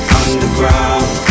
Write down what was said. underground